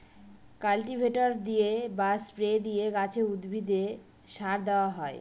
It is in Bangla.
কাল্টিভেটর দিয়ে বা স্প্রে দিয়ে গাছে, উদ্ভিদে সার দেওয়া হয়